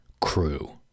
crew